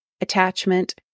attachment